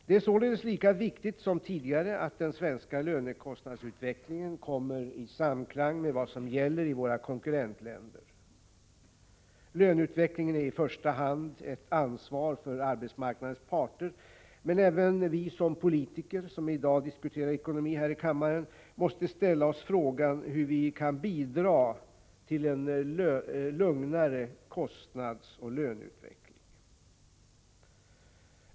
Det är således lika viktigt som tidigare att den svenska lönekostnadsutvecklingen kommer i samklang med vad som gäller i våra konkurrentländer. Löneutvecklingen är i första hand ett ansvar för arbetsmarknadens parter, men även vi politiker, som i dag diskuterar ekonomi här i kammaren, måste ställa oss frågan hur vi kan bidra till en lugnare kostnadsoch löneutveckling.